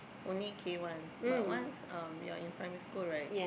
only K-one but once um you're in primary school right